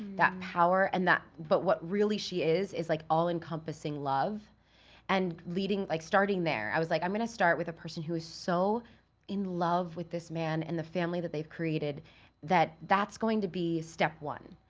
that power and that but what really she is is like all-encompassing love and leading, like starting there. i was like, i'm gonna start with a person who is so in love with this man and the family that they've created that that's going to be step one.